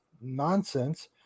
nonsense